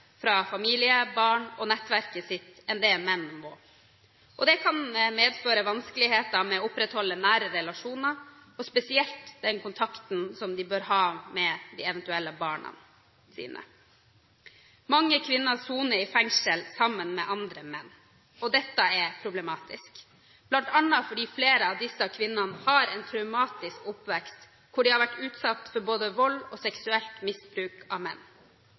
fra familie, barn og nettverket sitt enn det menn må. Det kan medføre vanskeligheter med å opprettholde nære relasjoner, spesielt med tanke på den kontakten som de bør ha med sine eventuelle barn. Mange kvinner soner i fengsel sammen med menn, og dette er problematisk, bl.a. fordi flere av disse kvinnene har en traumatisk oppvekst, hvor de har vært utsatt for både vold og seksuelt misbruk av menn.